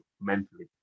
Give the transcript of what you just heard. mentally